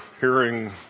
hearing